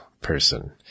person